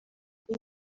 ari